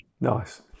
Nice